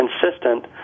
consistent